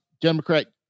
Democrat